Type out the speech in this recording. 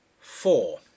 Four